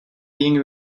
being